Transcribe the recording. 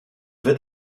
wird